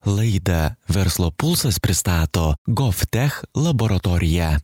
laidą verslo pulsas pristato gof tech laboratorija